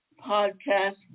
podcast